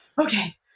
Okay